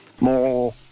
more